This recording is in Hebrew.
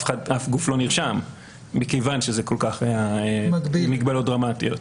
אף גוף לא נרשם מכיוון שזה כל-כך עם מגבלות דרמטיות.